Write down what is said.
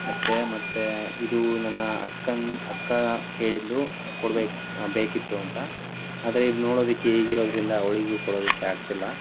ಅಷ್ಟೇ ಮತ್ತೆ ಇದು ನನ್ನ ಅಕ್ಕನ ಅಕ್ಕ ಕೇಳಿದ್ದಳು ಕೊಡ್ಬೇಕು ಬೇಕಿತ್ತು ಅಂತ ಆದರೆ ಇದು ನೋಡೋದಕ್ಕೆ ಹೀಗಿರೋದ್ರಿಂದ ಅವಳಿಗೂ ಕೊಡೋದಕ್ಕೆ ಆಗ್ತಿಲ್ಲ